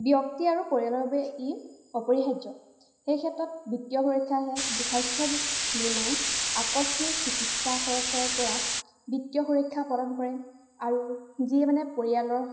ব্যক্তি আৰু পৰিয়ালৰ বাবে ই অপৰিহাৰ্য সেই ক্ষেত্ৰত বিত্তীয় সুৰক্ষাহে স্বাস্থ্য বীমায়ে আকস্মিক চিকিৎসা খৰচৰপৰা বিত্তীয় সুৰক্ষা প্ৰদান কৰে আৰু যিয়ে মানে পৰিয়ালৰ